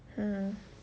hmm